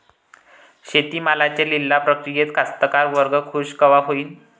शेती मालाच्या लिलाव प्रक्रियेत कास्तकार वर्ग खूष कवा होईन?